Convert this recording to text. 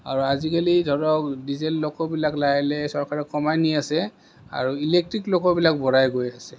আৰু আজিকালি ধৰক ডিজেল লক'বিলাক লাহে লাহে চৰকাৰে কমাই নি আছে আৰু ইলেক্ট্ৰিক লক'বিলাক বঢ়াই গৈ আছে